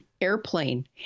airplane